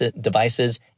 devices